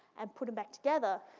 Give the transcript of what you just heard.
and put them back together,